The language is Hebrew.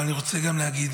אבל אני רוצה להגיד